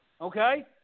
Okay